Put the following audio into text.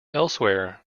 elsewhere